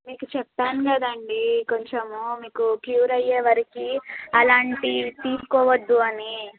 మీకు చెప్పాను కదండీ కొంచము మీకు క్యూర్ అయ్యే వరకు అలాంటివి తీసుకోవద్ధు అని